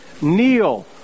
kneel